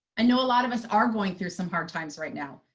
know a lot of us are going through some hard times right now.